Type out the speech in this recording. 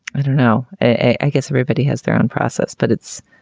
i don't know, i guess everybody has their own process, but it's.